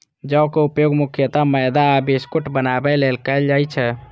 जौ के उपयोग मुख्यतः मैदा आ बिस्कुट बनाबै लेल कैल जाइ छै